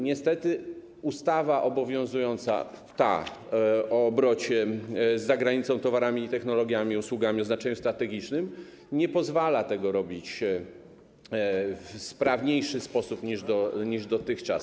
Niestety obowiązująca ustawa o obrocie z zagranicą towarami, technologiami i usługami o znaczeniu strategicznym nie pozwala tego robić w sprawniejszy sposób niż dotychczas.